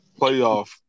playoff